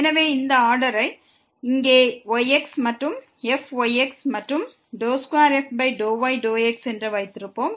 எனவே இந்த ஆர்டரை இங்கே yx மற்றும் fyx மற்றும் 2f∂y∂x என்று வைத்திருப்போம்